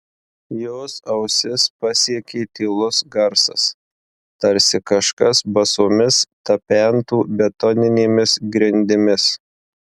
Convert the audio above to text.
jos ausis pasiekė tylus garsas tarsi kažkas basomis tapentų betoninėmis grindimis